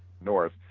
North